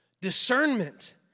discernment